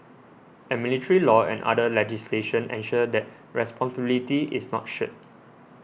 and military law and other legislation ensure that responsibility is not shirked